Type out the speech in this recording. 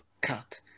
cut